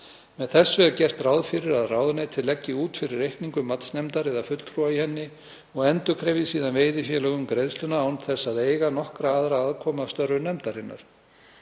Með þessu er gert ráð fyrir að ráðuneytið leggi út fyrir reikningum matsnefndar eða fulltrúa í henni og endurkrefji síðan veiðifélög um greiðsluna án þess að eiga nokkra aðra aðkomu að störfum nefndarinnar.